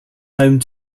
home